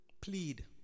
plead